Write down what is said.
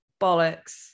bollocks